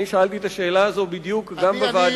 שאלתי את השאלה הזאת בדיוק גם בוועדה.